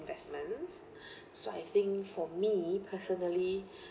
investments so I think for me personally